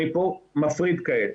אני מפריד כעת,